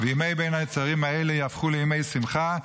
וימי בין המצרים האלה יהפכו לימי שמחה,